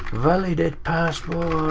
validate password,